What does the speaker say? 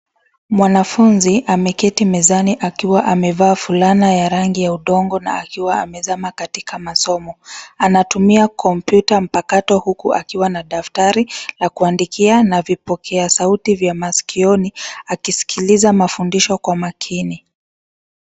Mwanafunzi ameketi mezani akiwa amevaa fulana ya rangi ya udongo na akiwa amezama katika masomo. Anatumia kompyuta mpakato huku akiwa na daftari la kuandikia na vipokea sauti vya masikioni akisikiliza mafundisho kwa makini.